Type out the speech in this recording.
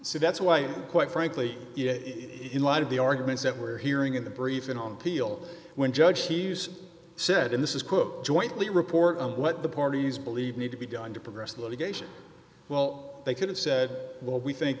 so that's why quite frankly it in light of the arguments that we're hearing in the briefing on peel when judge he use said in this is quote jointly report what the parties believe need to be done to progress the litigation well they could have said well we think